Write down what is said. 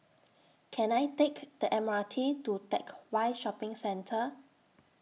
Can I Take The M R T to Teck Whye Shopping Centre